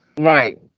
Right